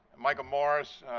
michael morris,